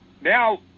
now